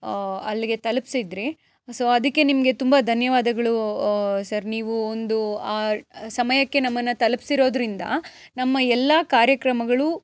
ಅಲ್ಲಿಗೆ ತಲುಪ್ಸಿದ್ರಿ ಸೊ ಅದಕ್ಕೆ ನಿಮಗೆ ತುಂಬ ಧನ್ಯವಾದಗಳು ಸರ್ ನೀವು ಒಂದು ಸಮಯಕ್ಕೆ ನಮ್ಮನ್ನು ತಲುಪ್ಸಿರೋದ್ರಿಂದ ನಮ್ಮ ಎಲ್ಲಾ ಕಾರ್ಯಕ್ರಮಗಳೂ